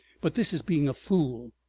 but this is being a fool.